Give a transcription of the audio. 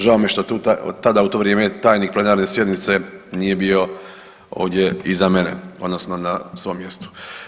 Žao mi je što tu tada u to vrijeme tajnik plenarne sjednice nije bio ovdje iza mene odnosno na svom mjestu.